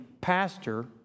pastor